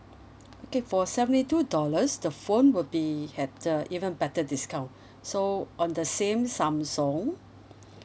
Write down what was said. okay for seventy two dollars the phone will be at uh even better discount so on the same samsung